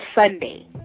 Sunday